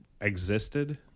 existed